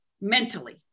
mentally